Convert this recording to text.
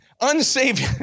unsaved